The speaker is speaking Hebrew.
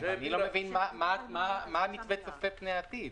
אני לא מבין מה המתווה צופה פני העתיד.